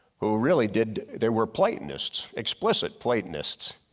who really did there were platonist, explicit platonist,